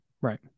Right